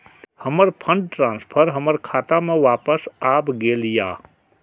हमर fund transfer हमर खाता में वापस आब गेल या